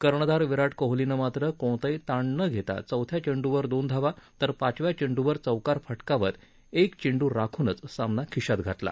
कर्णधार विराट कोहलीनं मात्र कोणताही ताण न घेता चौथ्या चेंड्रवर दोन धावा तर पाचव्या चेंडूवर चौकार फटकावत एक चेंडू राखूनच सामना खिशात घातला